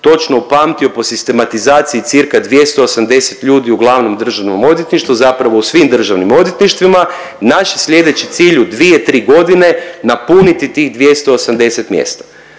točno upamtio po sistematizaciji cca. 280 ljudi u glavnom državnom odvjetništvu, zapravo u svim državnim odvjetništvima, naš je slijedeći cilj u 2-3.g. napuniti tih 280 mjesta,